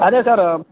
ಅದೇ ಸರ್